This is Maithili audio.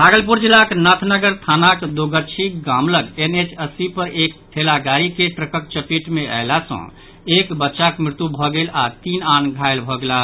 भागलपुर जिलाक नाथनगर थानाक दोगच्छी गाम लऽग एनएच अस्सी पर एक ठेलागाड़ी के ट्रकक चपेट मे अयला सऽ एक बच्चाक मृत्यु भऽ गेल आ तीन आन घायल भऽ गेलाह